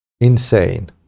insane